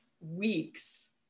weeks